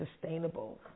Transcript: sustainable